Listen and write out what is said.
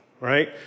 right